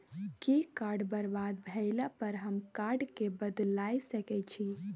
कि कार्ड बरबाद भेला पर हम कार्ड केँ बदलाए सकै छी?